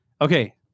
okay